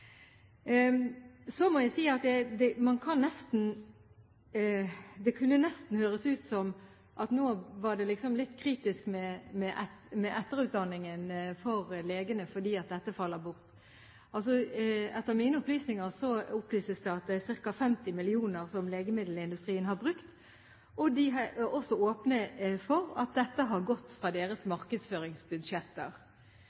Så må jeg si at det kunne nesten høres ut som at nå ble det litt kritisk for etterutdanning for legene når dette faller bort. Etter mine opplysninger er det ca. 50 mill. kr som legemiddelindustrien har brukt, og de er åpne på at dette har gått fra deres